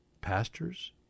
pastors